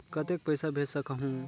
कतेक पइसा भेज सकहुं?